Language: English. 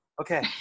Okay